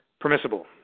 Permissible